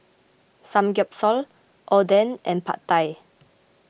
Samgyeopsal Oden and Pad Thai